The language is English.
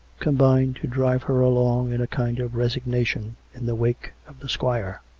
combined to drive her along in a kind of resignation in the wake of the squire.